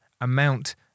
amount